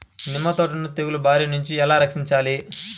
నిమ్మ తోటను తెగులు బారి నుండి ఎలా రక్షించాలి?